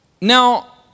Now